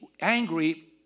angry